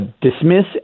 dismiss